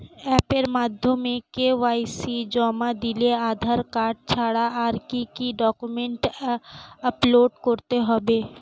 অ্যাপের মাধ্যমে কে.ওয়াই.সি জমা দিলে আধার কার্ড ছাড়া আর কি কি ডকুমেন্টস আপলোড করতে হবে?